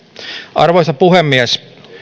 arvoisa puhemies